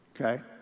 okay